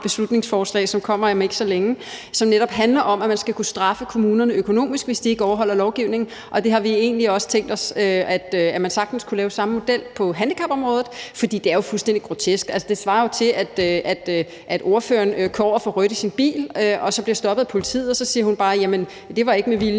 beslutningsforslag, som kommer om ikke så længe, og som netop handler om, at man skal kunne straffe kommunerne økonomisk, hvis de ikke overholder lovgivningen. Vi har egentlig også tænkt os, at man sagtens kunne lave samme model på handicapområdet, for det er jo fuldstændig grotesk. Det svarer til, at ordføreren kører over for rødt i sin bil og bliver stoppet af politiet, og så siger hun bare, at det ikke var med vilje,